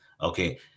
Okay